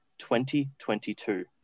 2022